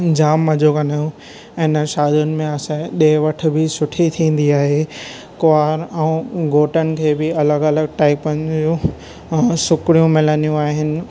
जाम मजो कंदा आहिंयूं इन शादिनि में असांए ॾे वठि बि सुठी थींदी आहे कुआंर ऐं घोटनि खे बि अलॻ अलॻ टाइपनि जूं सुखिड़ियूं मिलंदियूं आहिनि